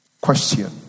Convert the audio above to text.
Question